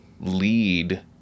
lead